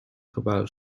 gebouw